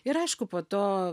ir aišku po to